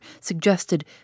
suggested